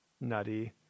nutty